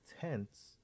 tense